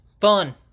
Fun